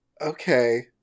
Okay